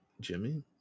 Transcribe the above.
Jimmy